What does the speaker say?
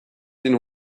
den